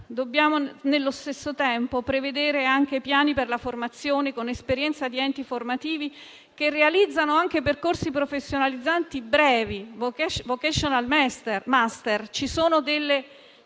basta; allo stesso tempo dobbiamo prevedere anche piani per la formazione, con esperienza di enti formativi che realizzano percorsi professionalizzanti brevi (*vocational master*). Ci sono delle